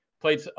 played